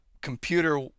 computer